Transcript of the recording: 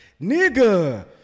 nigga